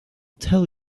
tell